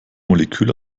molekül